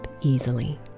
easily